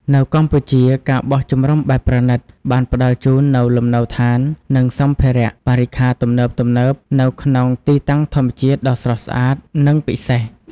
នៅកម្ពុជា ការបោះជំរំបែបប្រណីត បានផ្តល់ជូននូវលំនៅដ្ឋាន និងសម្ភារៈបរិក្ខារទំនើបៗ នៅក្នុងទីតាំងធម្មជាតិដ៏ស្រស់ស្អាត និងពិសេស។